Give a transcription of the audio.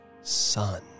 son